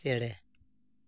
ᱪᱮᱬᱮ